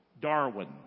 Darwin